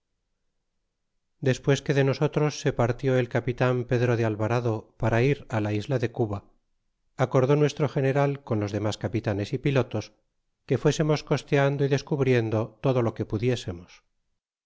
despues que de nosotros se partió el capitan pedro de alvarado para ir la isla de cuba acordó nuestro general con los demas capitanes y pilotos que fuesernos costeando y descubriendo todo lo que pudiesemos